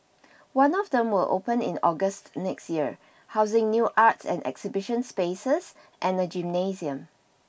one of them will open in August next year housing new arts and exhibition spaces and a gymnasium